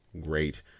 great